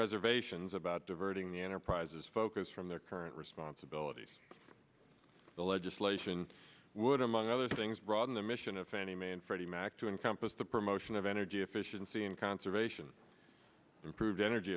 reservations about diverting the enterprise's focus from their current responsibilities the legislation would among other things broaden the mission of fannie mae and freddie mac to encompass the promotion of energy efficiency and conservation improved energy